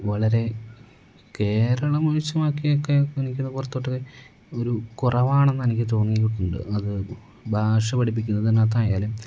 വളരെ കേരളമൊഴിച്ച് ബാക്കിയൊക്കെ എനിക്ക് പുറത്തോട്ടു പോയി ഒരു കുറവാണെന്നാണ് എനിക്ക് തോന്നിയിട്ടുണ്ട് അതു ഭാഷ പഠിപ്പിക്കുന്നതിനകത്തായാലും